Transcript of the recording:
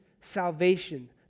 salvation